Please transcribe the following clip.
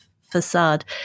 facade